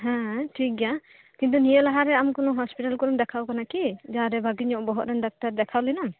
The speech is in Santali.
ᱦᱮᱸ ᱴᱷᱤᱠ ᱜᱮᱭᱟ ᱠᱤᱱᱛᱩ ᱱᱤᱭᱟᱹ ᱞᱟᱦᱟᱨᱮ ᱟᱢ ᱠᱚᱱᱳ ᱦᱚᱥᱯᱤᱴᱟᱞ ᱠᱚᱨᱮᱢ ᱫᱮᱠᱷᱟᱣ ᱟᱠᱟᱱᱟ ᱠᱤ ᱡᱟᱦᱟᱸᱨᱮ ᱵᱷᱟᱹ ᱜᱤ ᱧᱚᱜ ᱵᱚᱦᱚᱜ ᱨᱮᱱ ᱰᱟᱠᱛᱟᱨ ᱫᱮᱠᱷᱟᱣ ᱞᱮᱱᱟᱢ